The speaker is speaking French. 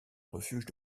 refuge